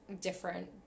different